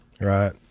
right